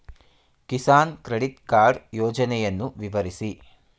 Kisan credit card ಯೋಜನೆಯನ್ನು ವಿವರಿಸಿ?